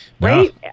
Right